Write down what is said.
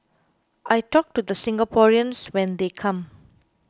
I talk to the Singaporeans when they come